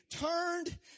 turned